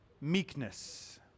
meekness